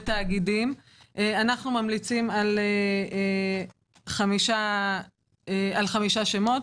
בתאגידים אנו ממליצים על חמישה שמות.